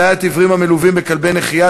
הממשלתית,